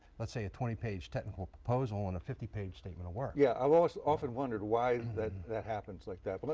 let's say a twenty page technical proposal and a fifty page statement of work. jim yeah i've ah so often wondered why that that happens like that. but